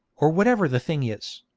or whatever the thing is